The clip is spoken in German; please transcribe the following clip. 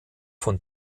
von